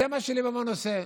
זה מה שליברמן עושה.